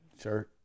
sure